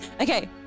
Okay